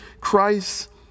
Christ